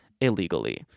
illegally